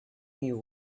you